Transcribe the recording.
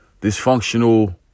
dysfunctional